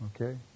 Okay